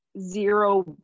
zero